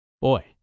Boy